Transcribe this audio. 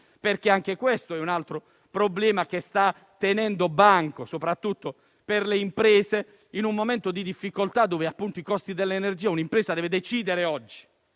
sui mutui. Questo è un altro problema che sta tenendo banco, soprattutto per le imprese, in un momento di difficoltà dovuto ai costi dell'energia, in cui un'impresa deve decidere,